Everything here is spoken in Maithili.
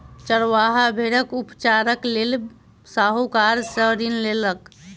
चरवाहा भेड़क उपचारक लेल साहूकार सॅ ऋण लेलक